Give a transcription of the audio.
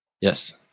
Yes